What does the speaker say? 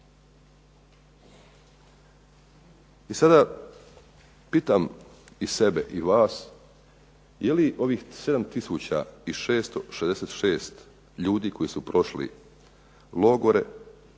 I sada pitam i sebe i vas je li ovih 7666 ljudi koji su prošli logore